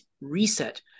reset